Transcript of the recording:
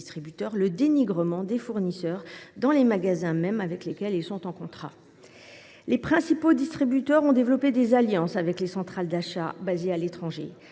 des opérations de dénigrement des fournisseurs dans les magasins avec lesquels ils sont en contrat. Les principaux distributeurs ont développé des alliances avec des centrales d’achat basées à l’étranger